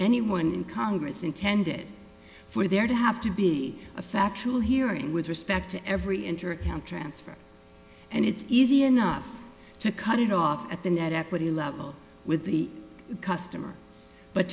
anyone in congress intended for there to have to be a factual hearing with respect to every interest can transfer and it's easy enough to cut it off at the net equity level with the customer but